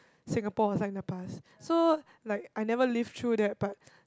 Singapore was like in the past so like I never live through that part